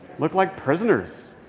looked like prisoners.